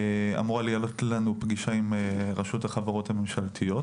אמורה להיות לנו פגישה עם רשות החברות הממשלתיות